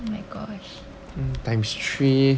oh my gosh